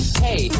hey